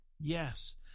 Yes